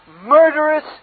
Murderous